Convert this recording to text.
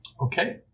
Okay